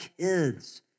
kids